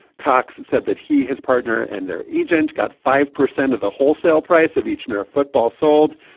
cox said that he, his partner and their agent got five percent of the wholesale price of each nerf football sold.